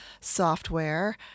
software